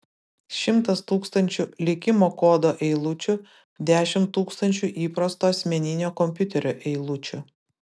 šimtas tūkstančių likimo kodo eilučių dešimt tūkstančių įprasto asmeninio kompiuterio eilučių